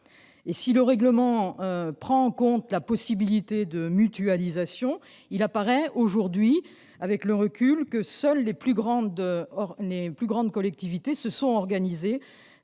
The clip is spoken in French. Si le règlement prend en compte la possibilité de mutualisation, il apparaît aujourd'hui, avec le recul, que seules les plus grandes collectivités se sont organisées